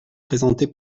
présenté